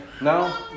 no